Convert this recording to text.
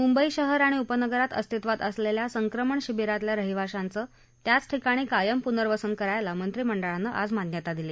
मुंबई शहर आणि उपनगरात अस्तित्वात असलेल्या संकमण शिविरातील रहिवाशांचं त्याच ठिकाणी कायम पुनर्वसन करायला मंत्रिमंडळानं आज मान्यता दिली